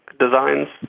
designs